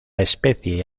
especie